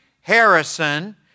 Harrison